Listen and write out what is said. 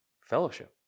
Fellowship